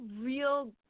real